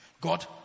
God